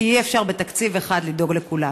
כי אי-אפשר בתקציב אחד לדאוג לכולם.